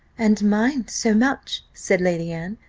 and mine, so much, said lady anne,